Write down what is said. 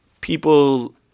people